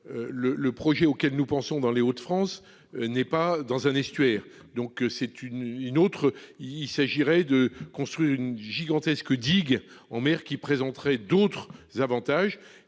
Le projet auquel nous pensons dans les Hauts-de-France n'est pas situé dans un estuaire : il s'agirait de construire une gigantesque digue en mer, présentant d'autres avantages.